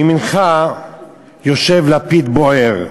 מימינך יושב לפיד בוער,